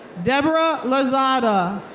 deborah lozada.